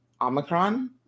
omicron